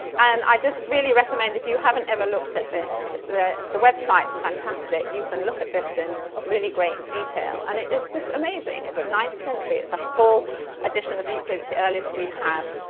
ah and i just really recommend, if you haven't ever looked at this, the the website's fantastic. you can look at this in really great detail. and it is just amazing. it's ninth century. it's a full edition of euclid. it's the earliest we have.